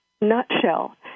nutshell